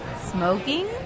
Smoking